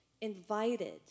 invited